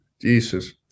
Jesus